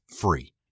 free